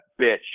bitch